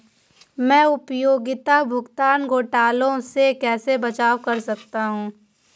मैं उपयोगिता भुगतान घोटालों से कैसे बचाव कर सकता हूँ?